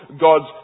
God's